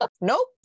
Nope